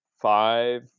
five